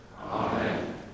Amen